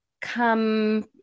come